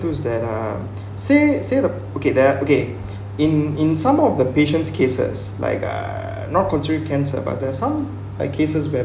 those that uh say say the okay that okay in in some of the patient's cases like uh not control cancer but there are some like cases where